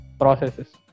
processes